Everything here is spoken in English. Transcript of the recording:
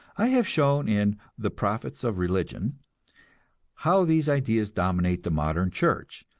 i have shown in the profits of religion how these ideas dominate the modern church,